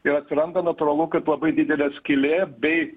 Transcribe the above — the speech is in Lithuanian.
ir atsiranda natūralu kad labai didelė skylė bei